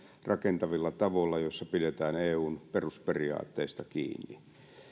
rakentavilla tavoilla joissa pidetään eun perusperiaatteista kiinni